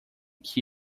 que